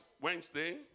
Wednesday